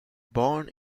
born